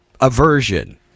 aversion